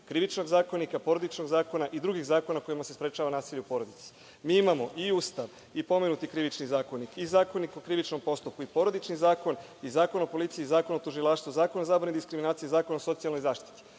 Krivičnog zakonika, Porodičnog zakona i drugih zakona kojima se sprečava nasilje u porodici. Mi imamo i Ustav i pomenuti Krivični zakonik i Zakonik o krivičnog postupku i Porodični zakon i Zakon o policiji i Zakon o tužilaštvu i Zakon o zabrani diskriminacije i Zakon o socijalnoj zaštiti,